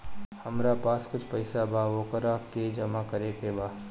हमरा पास कुछ पईसा बा वोकरा के जमा करे के बा?